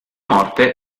morte